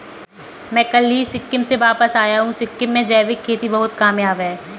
मैं कल ही सिक्किम से वापस आया हूं सिक्किम में जैविक खेती बहुत कामयाब है